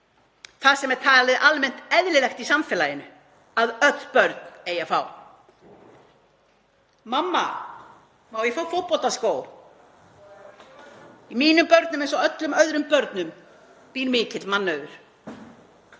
það sem er talið almennt eðlilegt í samfélaginu að öll börn eigi að fá. Mamma, má ég fá fótboltaskó? Í mínum börnum eins og öllum öðrum börnum býr mikill mannauður.